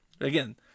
Again